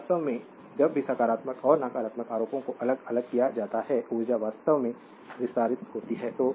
तो वास्तव में जब भी सकारात्मक और नकारात्मक आरोपों को अलग किया जाता है ऊर्जा वास्तव में विस्तारित होती है